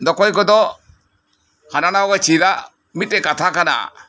ᱚᱠᱚᱭ ᱠᱚᱫᱚ ᱦᱟᱱᱟ ᱱᱟᱣᱟ ᱠᱚ ᱪᱮᱫᱟ ᱢᱤᱜᱴᱮᱡ ᱠᱟᱛᱷᱟ ᱠᱟᱱᱟ